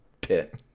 pit